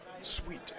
sweet